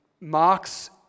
Mark's